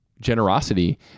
generosity